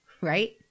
right